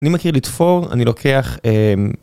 אני מכיר לתפור, אני לוקח...